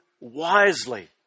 wisely